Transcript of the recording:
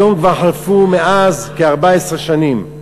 היום כבר חלפו מאז כ-14 שנים.